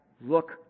look